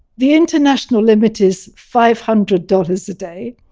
the international limit is five hundred dollars a day.